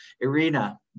Irina